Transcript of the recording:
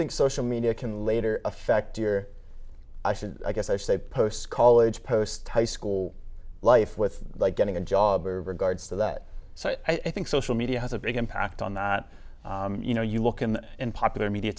think social media can later affect your i guess i say post college post high school life with like getting a job or regards to that so i think social media has a big impact on that you know you look in the popular media